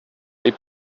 they